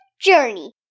journey